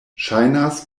ŝajnas